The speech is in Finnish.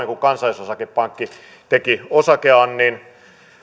kun kansallis osake pankki teki osakeannin